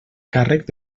càrrec